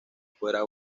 fuera